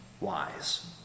wise